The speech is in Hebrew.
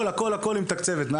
ספורט נשים סובל